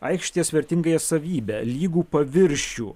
aikštės vertingąją savybę lygų paviršių